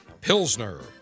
Pilsner